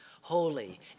holy